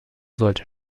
sollte